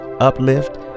uplift